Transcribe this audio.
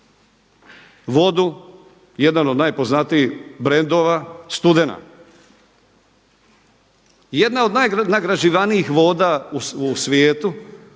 vodu jedan od najpoznatijih brendova Studena. Jedna od najnagrađivanijih voda u svijetu,